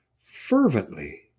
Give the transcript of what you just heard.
fervently